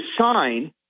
sign